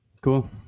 Cool